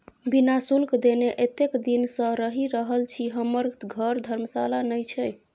बिना शुल्क देने एतेक दिन सँ रहि रहल छी हमर घर धर्मशाला नहि छै